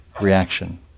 reaction